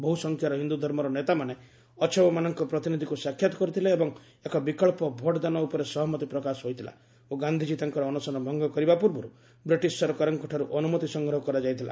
ବହୁସଂଖ୍ୟାରେ ହିନ୍ଦୁଧର୍ମର ନେତାମାନେ ଅଛବମାନଙ୍କ ପ୍ରତିନିଧିଙ୍କୁ ସାକ୍ଷାତ କରିଥିଲେ ଏବଂ ଏକ ବିକଳ୍ପ ଭୋଟ୍ଦାନ ଉପରେ ସହମତି ପ୍ରକାଶ ହୋଇଥିଲା ଓ ଗାନ୍ଧିଜୀ ତାଙ୍କର ଅନଶନ ଭଙ୍ଗ କରିବା ପୂର୍ବରୁ ବ୍ରିଟିଶ ସରକାରଙ୍କଠାରୁ ଅନୁମତି ସଂଗ୍ରହ କରାଯାଇଥିଲା